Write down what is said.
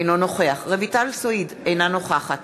אינו נוכח רויטל סויד, אינה נוכחת